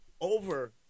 over